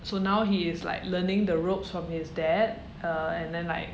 so now he is like learning the ropes from his dad uh and then like